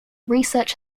research